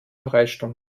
freistunde